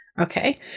Okay